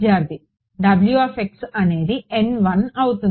విద్యార్థి అనేది అవుతుంది W N1